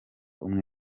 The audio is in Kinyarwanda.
umwe